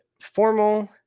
formal